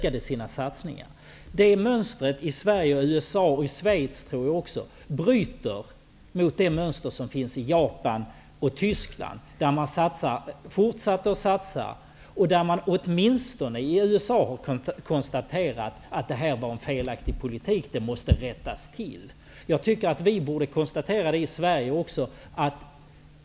Det mönstret i Sverige och USA, och även i Schweiz, bryter mot mönstret i Japan och Tyskland. Där fortsatte företagen att satsa. Åtminstone i USA har man konstaterat att det var en felaktig politik som måste rättas till. Jag tycker att vi borde konstatera det i Sverige också.